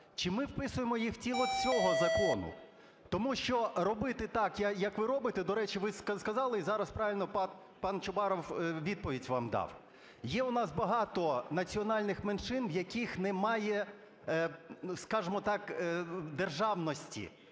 Чи ми вписуємо їх в тіло цього закону? Тому що робити так, як ви робите… До речі, ви сказали, і зараз правильно пан Чубаров відповідь вам дав. Є у нас багато національних меншин, в яких немає, скажемо так, державності.